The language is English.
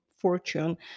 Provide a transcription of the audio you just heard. fortune